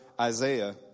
Isaiah